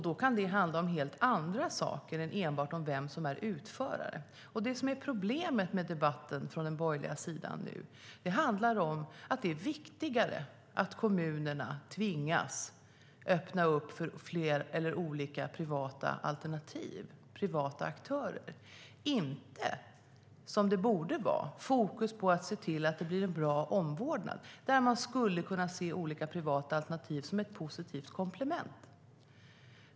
Då kan det handla om helt andra saker än enbart om vem som är utförare. Det som är problemet med debatten från den borgerliga sidan är att det handlar om att det viktiga är att kommunerna tvingas öppna upp för olika privata alternativ, privata aktörer. Det är inte fokus på, som det borde vara, att se till att det blir en bra omvårdnad där man skulle kunna se olika privata alternativ som ett positivt komplement.